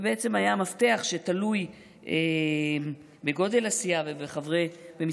ובעצם היה מפתח שתלוי בגודל הסיעה ובמספר